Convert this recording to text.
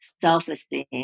self-esteem